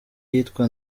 yitwa